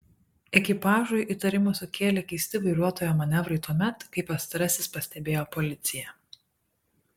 ekipažui įtarimą sukėlė keisti vairuotojo manevrai tuomet kai pastarasis pastebėjo policiją